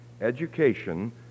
education